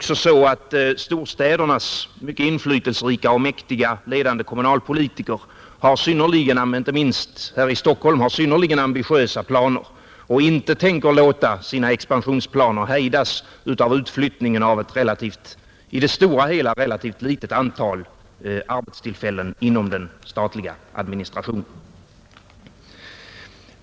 Storstädernas mycket inflytelserika och mäktiga ledande kommunalpolitiker — inte minst Stockholms — har synnerligen ambitiösa planer som de inte tänker låta hejdas av utflyttningen av ett i det stora hela relativt litet antal arbetstillfällen inom den statliga administrationen.